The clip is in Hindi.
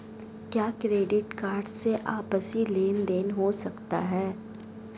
क्या क्रेडिट कार्ड से आपसी लेनदेन हो सकता है?